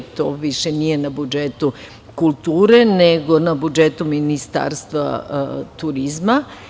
To više nije na budžetu kulture, nego na budžetu Ministarstva turizma.